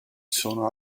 sono